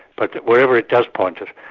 but wherever it does point us,